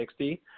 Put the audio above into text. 60